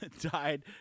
died